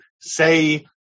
say